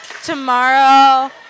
tomorrow